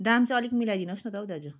दाम चाहिँ अलिक मिलाइदिनुहोस् न त हौ दाजु